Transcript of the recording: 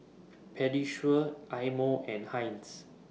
Pediasure Eye Mo and Heinz